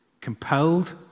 compelled